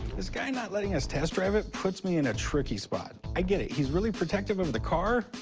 this guy not letting us test drive it, puts me in a tricky spot. i get it. he's really protective of the car.